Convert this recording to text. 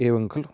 एवं खलु